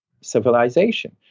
civilization